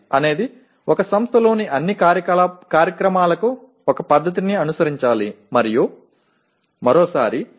எனவே என்ன நடக்க வேண்டும் எனில் ஒரு கல்வி நிறுவனத்தில் உள்ள அனைத்து திட்டங்களுக்கும் ஒரு முறையைப் பின்பற்ற வேண்டும்